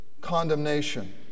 condemnation